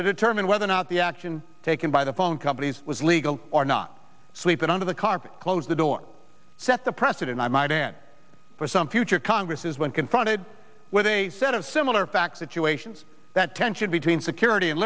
to determine whether or not the action taken by the phone companies was legal or not sleeping under the carpet close the door set the precedent i might and for some future congresses when confronted with a set of similar facts situations that tension between security and